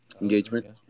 Engagement